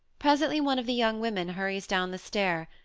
presently one of the young women hurries down the stair,